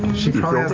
she probably